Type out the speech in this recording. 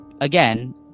again